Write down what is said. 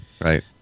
Right